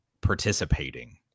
participating